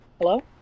hello